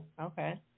Okay